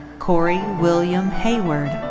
corey william heyward.